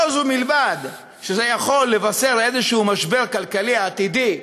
לא זו בלבד שזה יכול לבשר משבר כלכלי עתידי,